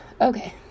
okay